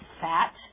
fat